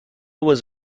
was